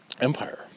Empire